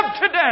today